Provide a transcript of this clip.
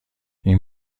این